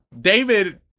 David